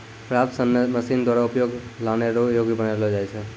प्राप्त सन से मशीन द्वारा उपयोग लानै रो योग्य बनालो जाय छै